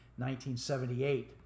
1978